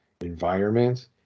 environment